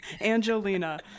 Angelina